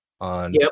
on